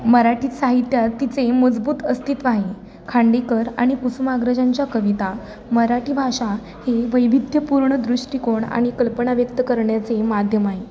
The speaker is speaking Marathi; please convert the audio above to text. मराठीत साहित्यात तिचे मजबूत अस्तित्व आहे खांडेकर आणि कुसुमाग्रजांच्या कविता मराठी भाषा हे वैविध्यपूर्ण दृष्टिकोन आणि कल्पना व्यक्त करण्याचे माध्यम आहे